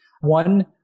One